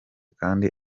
kandi